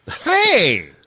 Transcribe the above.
Hey